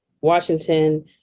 washington